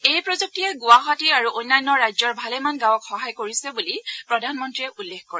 এই প্ৰযুক্তিয়ে গুৱাহাটী আৰু অন্যান্য ৰাজ্যৰ ভালেমান গাঁৱক সহায় কৰিছে বুলি প্ৰধানমন্ত্ৰীয়ে উল্লেখ কৰে